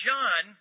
John